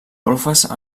golfes